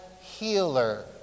healer